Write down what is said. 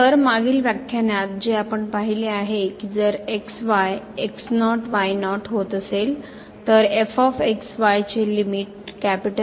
तर मागील व्याख्यानात जे आपण पाहिले आहे की ही जर होत असेल तर चे लिमिट Lआहे